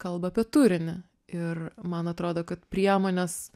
kalba apie turinį ir man atrodo kad priemonės